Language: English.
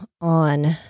on